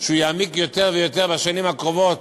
שיעמיק יותר ויותר בשנים הקרובות,